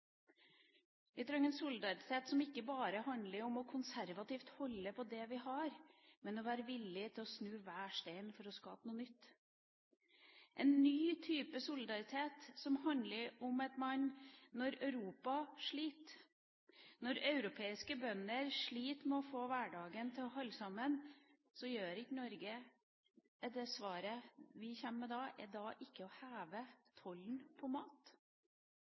Vi trenger en solidaritet som ikke bare handler om konservativt å holde på det vi har, men om å være villig til å snu hver stein for å skape noe nytt – en ny type solidaritet som handler om at når Europa sliter, når europeiske bønder sliter med å få hverdagen til å holde sammen, er ikke svaret vi kommer med, å heve tollen på mat.